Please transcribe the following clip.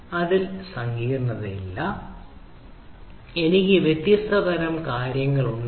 അതിൽ സങ്കീർണ്ണതയില്ല എനിക്ക് വ്യത്യസ്ത തരം കാര്യങ്ങളുണ്ടെങ്കിൽ